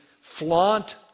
flaunt